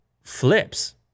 flips